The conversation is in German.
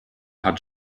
hat